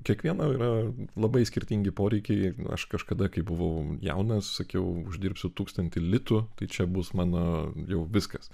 kiekvieno yra labai skirtingi poreikiai ir aš kažkada kai buvau jaunas sakiau uždirbsiu tūkstantį litų tai čia bus mano jau viskas